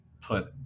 put